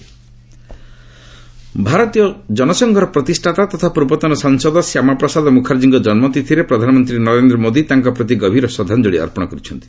PM Shyamaprasad Mukherjee Bharatiya ଜନସଂଘର ପ୍ରତିଷ୍ଠାତା ତଥା ପୂର୍ବତନ ସାଂସଦ ଶ୍ୟାମା ପ୍ରସାଦ ମୁଖାର୍ଜୀଙ୍କ ଜନ୍ମ ତିଥିରେ ପ୍ରଧାନମନ୍ତ୍ରୀ ନରେନ୍ଦ୍ର ମୋଦି ତାଙ୍କ ପ୍ରତି ଗଭୀର ଶ୍ରଦ୍ଧାଞ୍ଜଳି ଅର୍ପଣ କରିଛନ୍ତି